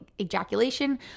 ejaculation